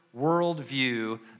worldview